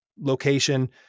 location